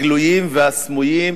הגלויים והסמויים,